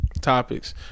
topics